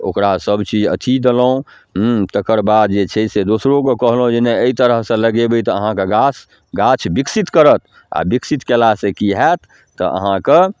ओकरा सबचीज अथी देलहुँ हुँ तकर बाद जे छै से दोसरोके कहलहुँ जे नहि एहि तरहसँ लगेबै तऽ अहाँके गास गाछ विकसित करत आओर विकसित कएलासँ कि हैत तऽ अहाँके